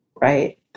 right